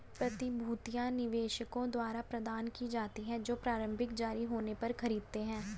प्रतिभूतियां निवेशकों द्वारा प्रदान की जाती हैं जो प्रारंभिक जारी होने पर खरीदते हैं